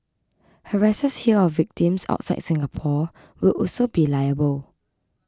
harassers here of victims outside Singapore will also be liable